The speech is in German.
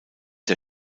der